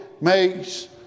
makes